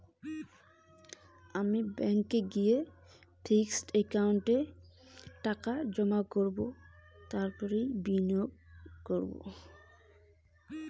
আমি ফিক্সড একাউন্টে কি কিভাবে জমা ও বিনিয়োগ করব?